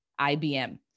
IBM